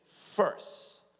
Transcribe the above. first